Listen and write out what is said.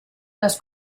les